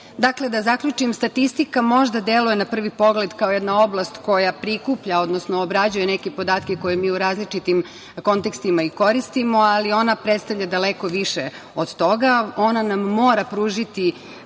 da zaključim, statistika možda deluje na prvi pogled kao jedna oblast koja prikuplja, odnosno obrađuje neke podatke koje mi u različitim kontekstima i koristimo, ali ona predstavlja daleko više od toga. Ona nam mora pružiti